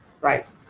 right